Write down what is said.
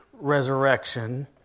resurrection